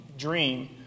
dream